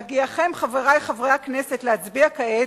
בהגיעכם, חברי חברי הכנסת, להצביע כעת,